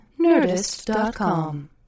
Nerdist.com